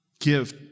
Give